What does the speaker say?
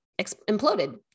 imploded